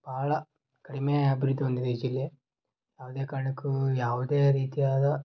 ಭಾಳ ಕಡಿಮೆ ಅಭಿವೃದ್ಧಿ ಹೊಂದಿದೆ ಈ ಜಿಲ್ಲೆ ಯಾವುದೇ ಕಾರಣಕ್ಕೂ ಯಾವುದೇ ರೀತಿಯಾದ